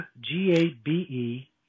G-A-B-E